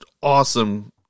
awesome